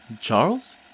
Charles